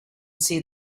see